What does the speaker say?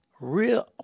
Real